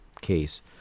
case